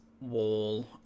wall